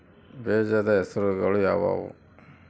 ಬೇಜದ ಹೆಸರುಗಳು ಯಾವ್ಯಾವು?